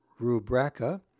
Rubraca